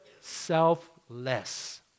selfless